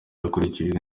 hakurikijwe